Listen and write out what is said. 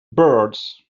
birds